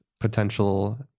Potential